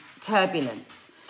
turbulence